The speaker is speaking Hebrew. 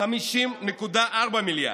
50.4 מיליארד.